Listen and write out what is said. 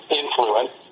influence